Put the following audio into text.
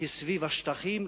היא סביב השטחים,